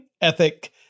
ethic